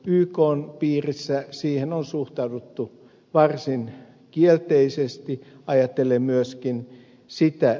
ykn piirissä siihen on suhtauduttu varsin kielteisesti ajatellen myöskin sitä